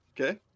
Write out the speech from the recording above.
Okay